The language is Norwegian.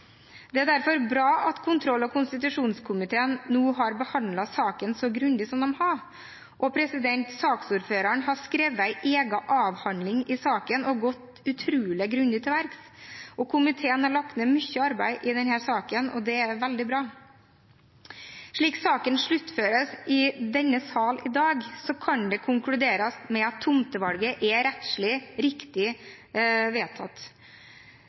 Det er derfor bra at kontroll- og konstitusjonskomiteen nå har behandlet saken så grundig som den har. Saksordføreren har skrevet en egen avhandling i saken og gått utrolig grundig til verks, og komiteen har lagt ned mye arbeid i denne saken. Det er veldig bra. Slik saken sluttføres i denne sal i dag, kan det konkluderes med at tomtevalget er rettslig riktig vedtatt.